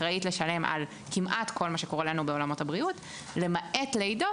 בעולמות הלידה,